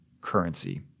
currency